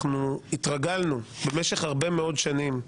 אנחנו התרגלנו במשך הרבה מאוד שנים,